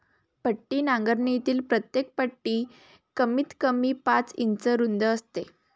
पट्टी नांगरणीतील प्रत्येक पट्टी कमीतकमी पाच इंच रुंद असते